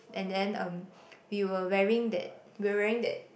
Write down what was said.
and then um we were wearing that we're wearing that